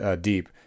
deep